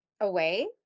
away